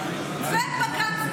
ובג"ץ.